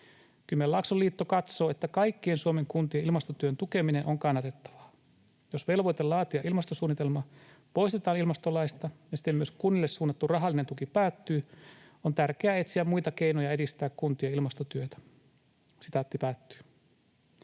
Kymenlaakson liitto katsoo, että kaikkien Suomen kuntien ilmastotyön tukeminen on kannatettavaa. Jos velvoite laatia ilmastosuunnitelma poistetaan ilmastolaista ja siten myös kunnille suunnattu rahallinen tuki päättyy, on tärkeää etsiä muita keinoja edistää kuntien ilmastotyötä.” Neljäntenä